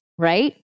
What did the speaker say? Right